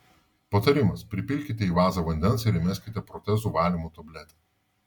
patarimas pripilkite į vazą vandens ir įmeskite protezų valymo tabletę